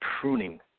pruning